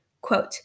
Quote